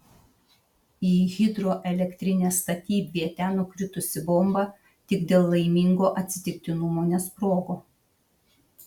į hidroelektrinės statybvietę nukritusi bomba tik dėl laimingo atsitiktinumo nesprogo